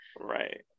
right